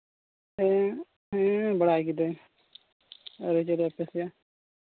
ᱦᱮᱸ ᱦᱮᱸ ᱵᱟᱲᱟᱭ ᱠᱤᱫᱟᱹᱧ ᱟᱹᱰᱤ ᱡᱟᱭᱜᱟ ᱟᱯᱮ ᱥᱮᱫ